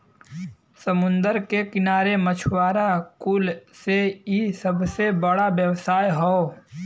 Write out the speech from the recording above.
समुंदर के किनारे मछुआरा कुल से इ सबसे बड़ा व्यवसाय हौ